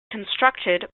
constructed